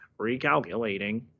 recalculating